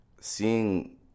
seeing